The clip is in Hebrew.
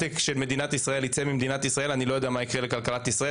שמדינת ישראל הולכת לחקיקה שתחבל בהיותה מדינה דמוקרטית,